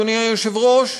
אדוני היושב-ראש,